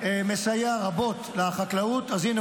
-- דוד ביטן מסייע רבות לחקלאות אז הינה,